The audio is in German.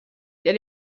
der